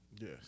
Yes